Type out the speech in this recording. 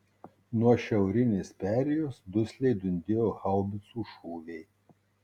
nuo šiaurinės perėjos dusliai dundėjo haubicų šūviai